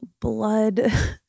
blood